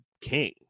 King